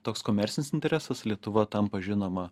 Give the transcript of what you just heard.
toks komercinis interesas lietuva tampa žinoma